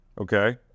Okay